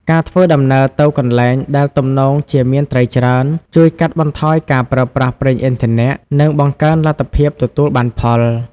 ការធ្វើដំណើរទៅកន្លែងដែលទំនងជាមានត្រីច្រើន ជួយកាត់បន្ថយការប្រើប្រាស់ប្រេងឥន្ធនៈ និងបង្កើនលទ្ធភាពទទួលបានផល។